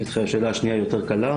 אני אתחיל בשאלה השנייה, היא יותר קלה.